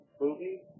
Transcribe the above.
movie